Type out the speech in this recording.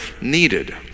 needed